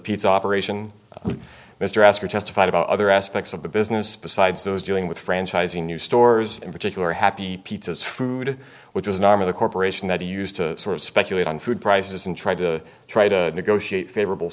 piece operation mr asper testified about other aspects of the business besides those dealing with franchising new stores in particular happy pizzas food which was an arm of the corporation that he used to sort of speculate on food prices and try to try to negotiate favorable